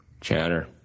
Chatter